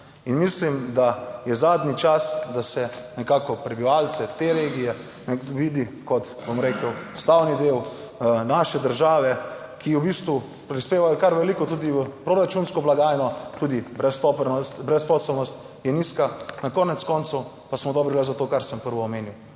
in mislim, da je zadnji čas, da se nekako prebivalce te regije ne vidi kot, bom rekel, sestavni del naše države, ki v bistvu prispevajo kar veliko tudi v proračunsko blagajno, tudi brezposelnost je nizka, na konec koncev pa smo dobri le za to, kar sem prvo omenil